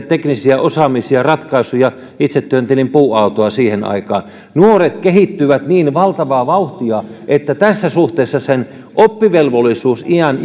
teknistä osaamista itse työntelin puuautoa siihen aikaan nuoret kehittyvät niin valtavaa vauhtia että tässä suhteessa sen oppivelvollisuusiän